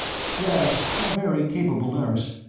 yes, a very capable nurse.